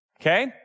Okay